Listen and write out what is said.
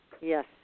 Yes